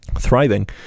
thriving